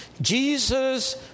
Jesus